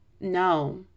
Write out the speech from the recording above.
No